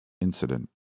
incident